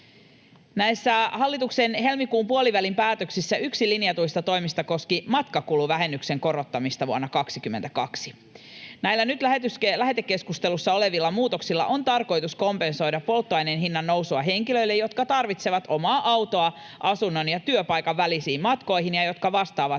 Näissä hallituksen helmikuun puolivälin päätöksissä yksi linjatuista toimista koski matkakuluvähennyksen korottamista vuonna 22. Näillä nyt lähetekeskustelussa olevilla muutoksilla on tarkoitus kompensoida polttoaineen hinnannousua henkilöille, jotka tarvitsevat omaa autoa asunnon ja työpaikan välisiin matkoihin ja jotka vastaavat